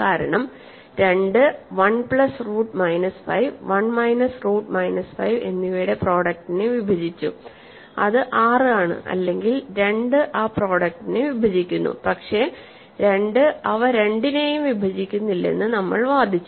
കാരണം 2 1 plus root minus 5 1 minus root minus 5 എന്നിവയുടെ പ്രൊഡക്ടിനെ വിഭജിച്ചു അത് 6 ആണ് അല്ലെങ്കിൽ 2 ആ പ്രൊഡക്ടിനെ വിഭജിക്കുന്നു പക്ഷേ 2 അവ രണ്ടിനെയും വിഭജിക്കുന്നില്ലെന്ന് നമ്മൾ വാദിച്ചു